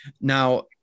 Now